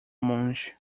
monge